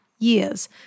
years